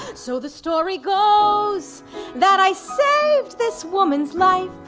so the story goes that i saved this woman's life,